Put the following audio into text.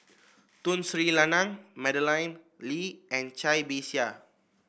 Tun Sri Lanang Madeleine Lee and Cai Bixia